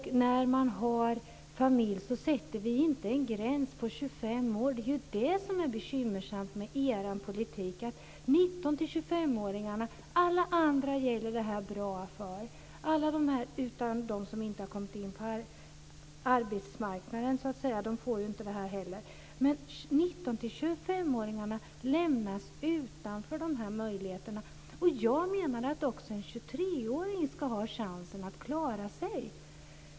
När man har familj sätter vi inte en gräns på 25 år. Det är ju det som är bekymmersamt med er politik! För alla andra än 19 25-åringarna är detta bra - utom för dem som inte har kommit in på arbetsmarknaden. De får inte heller det här. 19-25-åringarna lämnas utanför möjligheterna. Jag menar att också en 23-åring ska ha chansen att klara sig.